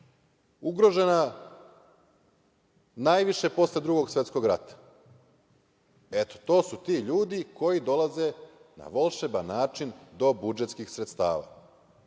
ugrožena najviše posle Drugog svetskog rata. Eto, to su ti ljudi koji dolaze na volšeban način do budžetskih sredstava.O